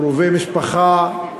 קרובי משפחה,